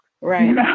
Right